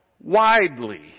widely